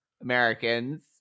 Americans